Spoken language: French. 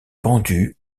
pendus